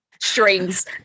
strings